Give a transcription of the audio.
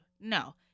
No